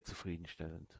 zufriedenstellend